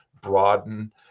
broaden